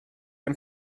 ein